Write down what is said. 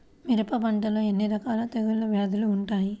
మిరప పంటలో ఎన్ని రకాల తెగులు వ్యాధులు వుంటాయి?